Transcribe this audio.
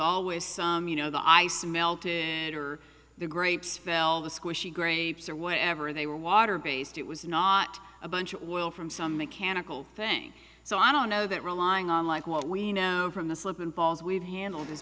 always some you know the ice melted or the grapes fell the squishy grapes or whatever they were water based it was not a bunch of oil from some mechanical thing so i don't know that relying on like what we know from the slip and falls we've handled